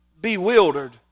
bewildered